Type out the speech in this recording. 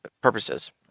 purposes